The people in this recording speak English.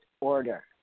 order